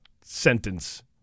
sentence